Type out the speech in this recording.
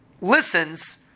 listens